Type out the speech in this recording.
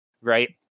right